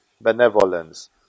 benevolence